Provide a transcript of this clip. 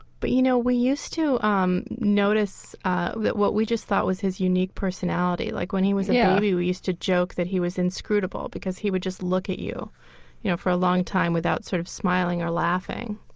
but, you know, we used to um notice that what we just thought was his unique personality, like when he was a yeah baby, yeah, we used to joke that he was inscrutable, because he would just look at you you know for a long time without sort of smiling or laughing.